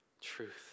truth